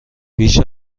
بیش